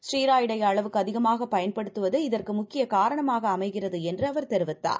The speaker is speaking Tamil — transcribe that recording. ஸ்டீராய்டைஅளவுக்குஅதிகமாகப்பயன்படுத்துவதுஇதற் குமுக்கியகாரணமாகஅமைகிறதுஎன்றுஅவர்தெரிவித்தார்